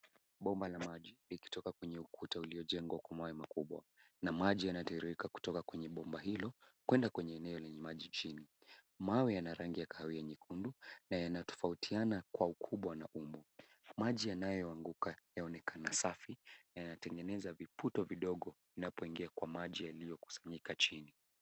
Bomba la maji likitoka kwenye ukuta uliojengwa kwa mawe makubwa na maji yanatiririka kutoka kwenye bomba hilo kuenda kwenye eneo lenye maji chini. Mawe yana rangi ya kahawia nyekundu na yanatofautiana kwa ukubwa na umbo. Maji yanayoanguka yaonekana safi na yanatengeneza viputo vidogo yanapoingia kwa maji yaliyokusanyika chini.